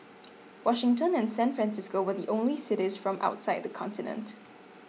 Washington and San Francisco were the only cities from outside the continent